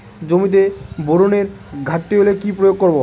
জমিতে বোরনের ঘাটতি হলে কি প্রয়োগ করব?